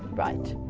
right.